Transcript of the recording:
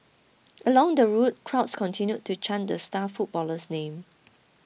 along the route crowds continued to chant the star footballer's name